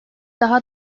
daha